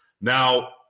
Now